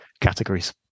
categories